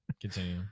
Continue